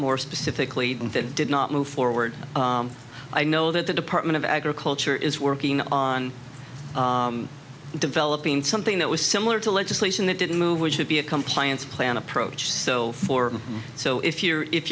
more specifically that did not move forward i know that the department of agriculture is working on developing something that was similar to legislation that didn't move which would be a compliance plan approach so for so if you're if